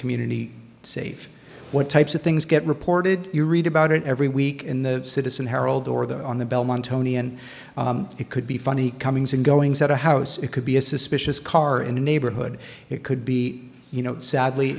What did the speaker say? community safe what types of things get reported you read about it every week in the citizen herald or the on the belmont tony and it could be funny comings and goings at a house it could be a suspicious car in a neighborhood it could be you know sadly